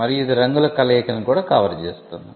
మరియు ఇది రంగుల కలయికను కూడా కవర్ చేస్తుంది